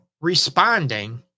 responding